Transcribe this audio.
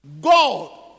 God